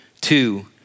Two